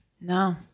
No